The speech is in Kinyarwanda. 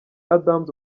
adams